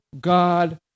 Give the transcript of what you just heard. God